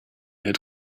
had